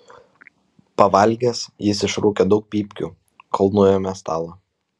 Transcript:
pavalgęs jis išrūkė daug pypkių kol nuėmė stalą